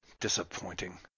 Disappointing